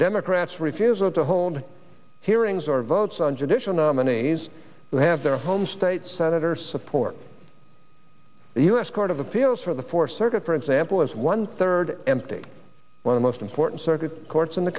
democrats refusal to hold hearings or votes on judicial nominees have their home state senators support the u s court of appeals for the four circuit for example is one third empty one of most important circuit courts in the